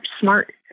smart